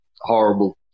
horrible